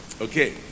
Okay